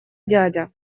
дядя